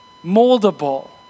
moldable